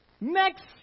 Next